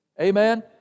Amen